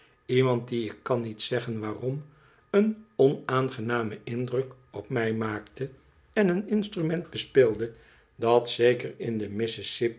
iemand die ik kan niet zeggen waarom een onaangenamen indruk op mij maakte en een instrument bespeelde dat zeker in mississippi